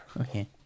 Okay